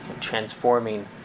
Transforming